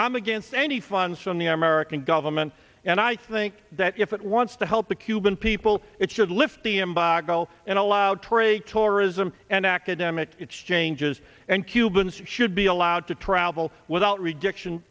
i'm against any funds from the american government and i think that if it wants to help the cuban people it should lift the embargo and allow trade tourism and academic exchanges and cubans should be allowed to travel without rejection